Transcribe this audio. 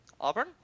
Auburn